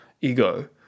ego